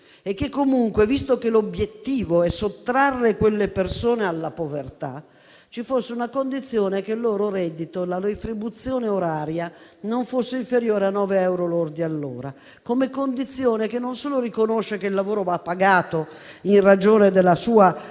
che comunque, visto che l'obiettivo è sottrarre quelle persone alla povertà, ci fosse una condizione tale per cui il loro reddito e la retribuzione oraria non fosse inferiore a 9 euro lordi all'ora. È una condizione questa che non solo riconosce che il lavoro va pagato in ragione della sua qualità